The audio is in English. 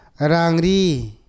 Rangri